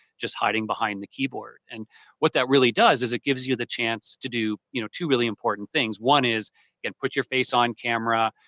just hiding behind a keyboard. and what that really does is it gives you the chance to do you know two really important things. one is and put your face on-camera,